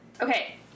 Okay